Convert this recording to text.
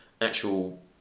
actual